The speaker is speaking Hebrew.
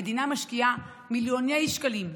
המדינה משקיעה מיליוני שקלים,